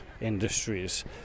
industries